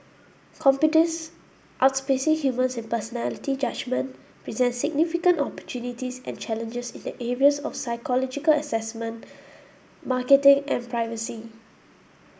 computers outs pacing humans in personality judgement presents significant opportunities and challenges in the areas of psychological assessment marketing and privacy